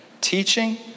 teaching